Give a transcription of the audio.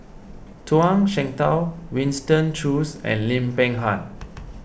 Zhuang Shengtao Winston Choos and Lim Peng Han